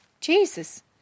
Jesus